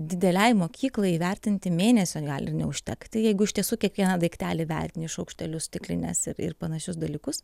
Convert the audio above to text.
didelei mokyklai įvertinti mėnesio gali neužtekti jeigu iš tiesų kiekvieną daiktelį vertini šaukštelius stiklines ir panašius dalykus